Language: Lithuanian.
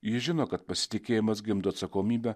jis žino kad pasitikėjimas gimdo atsakomybę